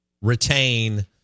retain